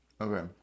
Okay